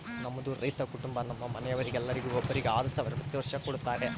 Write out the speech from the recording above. ನಮ್ಮದು ರೈತ ಕುಟುಂಬ ನಮ್ಮ ಮನೆಯವರೆಲ್ಲರಿಗೆ ಒಬ್ಬರಿಗೆ ಆರು ಸಾವಿರ ಪ್ರತಿ ವರ್ಷ ಕೊಡತ್ತಾರೆ